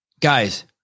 Guys